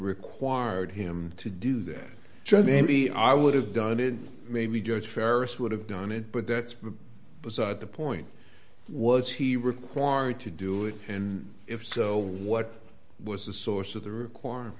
required him to do that job any i would have done it maybe judge ferris would have done it but that's beside the point was he required to do it and if so what was the source of the require